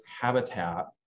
habitat